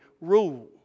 rule